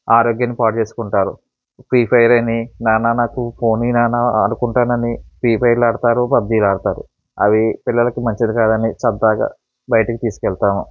ఆరోగ్యాన్ని పాడుచేసుకుంటారు Free Fire అని నాన్న నాకు ఫోనీ నాన్న ఆడుకుంటానని ఫ్రీ ఫైర్లు ఆడతారు పబ్జీలు ఆడతారు అవి పిల్లలకి మంచిది కాదని సరదాగా బయటికి తీసుకెళ్తాము